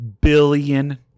billion